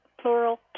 plural